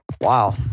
wow